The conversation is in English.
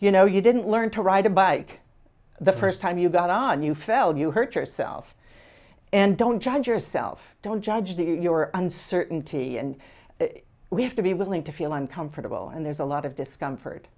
you know you didn't learn to ride a bike the first time you got on you fell you hurt yourself and don't judge yourself don't judge do your uncertainty and we have to be willing to feel uncomfortable and there's a lot of discomfort